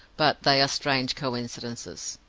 but they are strange coincidences.